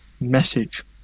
message